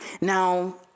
Now